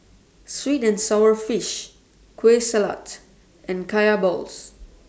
Sweet and Sour Fish Kueh Salat and Kaya Balls